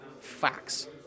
Facts